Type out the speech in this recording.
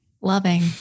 Loving